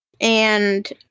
And-